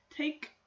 Take